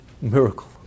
miracle